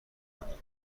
کنید